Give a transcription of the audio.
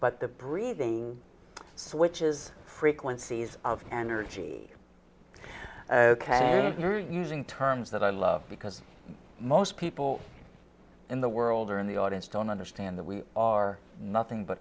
but the breathing switches frequencies of energy ok you're using terms that i love because most people in the world or in the audience don't understand that we are nothing but